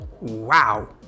Wow